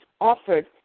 offered